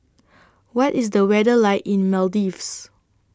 What IS The weather like in Maldives